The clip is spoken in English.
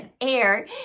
air